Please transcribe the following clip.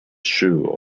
shoe